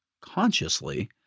consciously